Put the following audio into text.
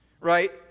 right